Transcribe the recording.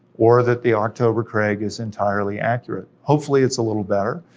or that the october creg, is entirely accurate. hopefully it's a little better,